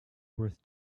worth